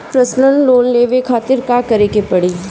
Personal loan लेवे खातिर का करे के पड़ी?